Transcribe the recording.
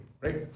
right